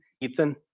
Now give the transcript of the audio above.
Ethan